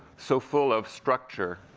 so full of structure,